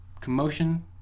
commotion